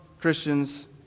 Christians